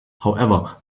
however